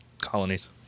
colonies